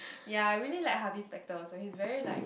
ya I really like Harvey-Specter so he's very like